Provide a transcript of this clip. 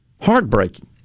heartbreaking